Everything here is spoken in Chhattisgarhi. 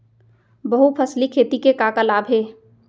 बहुफसली खेती के का का लाभ हे?